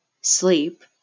sleep